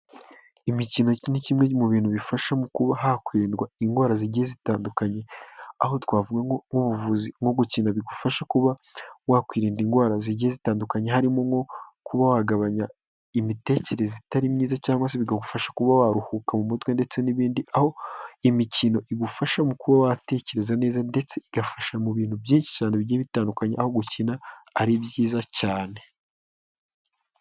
Imikino ni kimwe mu bintu bifasha mu kuba hakwirindwa indwara zigiye zitandukanye aho twavuga nk'ubuvuzi nko gukina bigufasha kuba wakwirinda indwara zigiye zitandukanye harimo nko kugabanya imitekerereze itari myiza cyangwa se bigagufasha kuba waruhuka mu mutwe ndetse n'ibindi aho imikino igufasha mu kuba watekereza neza ndetse igafasha mu bintu byinshi cyane bigiye bitandukanye aho gukina ari byiza cyane.